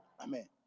amen